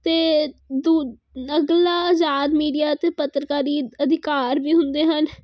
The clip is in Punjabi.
ਅਤੇ ਦੂ ਅਗਲਾ ਆਜ਼ਾਦ ਮੀਡੀਆ ਅਤੇ ਪੱਤਰਕਾਰੀ ਅਧਿਕਾਰ ਵੀ ਹੁੰਦੇ ਹਨ